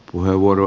kiitos